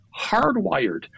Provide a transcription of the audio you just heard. hardwired